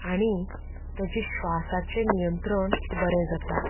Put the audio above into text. आनी तेज्या श्वासाचें नियंत्रण बरें जाता